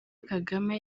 kagame